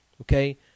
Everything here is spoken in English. okay